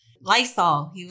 Lysol